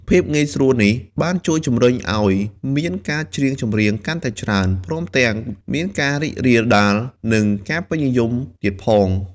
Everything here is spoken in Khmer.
ភាពងាយស្រួលនេះបានជួយជំរុញឲ្យមានការច្រៀងកាន់តែច្រើន ព្រមទាំងមានការរីករាលដាល និងមានការពេញនិយមទៀតផង។